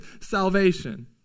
salvation